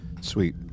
Sweet